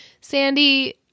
Sandy